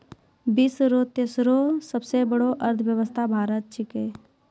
विश्व रो तेसरो सबसे बड़ो अर्थव्यवस्था भारत छिकै